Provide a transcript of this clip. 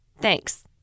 Thanks